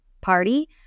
party